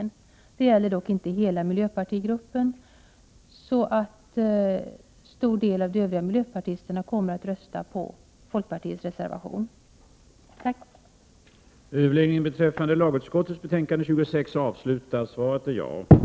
å Ne skilds personliga för Det gäller dock inte hela miljöpartigruppen, så en stor del av de övriga ökord & iz é i hållanden m.m. miljöpartisterna kommer att rösta för folkpartiets reservation. Överläggningen var härmed avslutad.